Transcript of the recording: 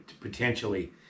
potentially